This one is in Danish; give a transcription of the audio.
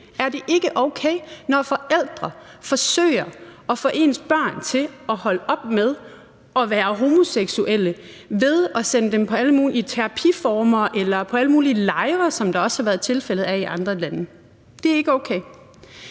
er det ikke okay, når forældre forsøger at få deres børn til at holde op med at være homoseksuelle ved at sende dem i terapiformer eller på alle mulige lejre, som der også har været tilfælde af i andre lande. Det er ikke okay.